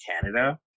Canada